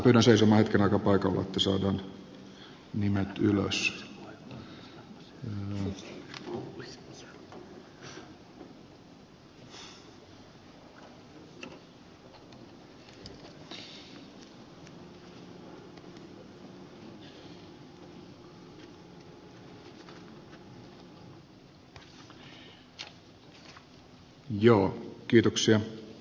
pyydän seisomaan hetken aikaa paikallaan että saadaan nimet ylös